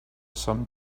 some